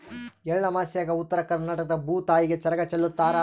ಎಳ್ಳಮಾಸ್ಯಾಗ ಉತ್ತರ ಕರ್ನಾಟಕದಾಗ ಭೂತಾಯಿಗೆ ಚರಗ ಚೆಲ್ಲುತಾರ